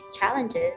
challenges